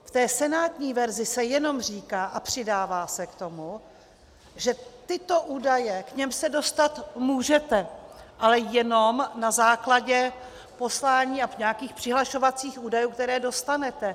V senátní verzi se jenom říká a přidává se k tomu, že tyto údaje, k nimž se dostat můžete, ale jenom na základě poslání a nějakých přihlašovacích údajů, které dostanete.